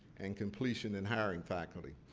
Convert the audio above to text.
and completion, and hiring faculty.